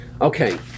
Okay